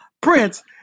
prince